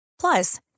Plus